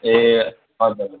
ए हजुर